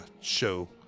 show